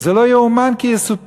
זה לא יאומן כי יסופר.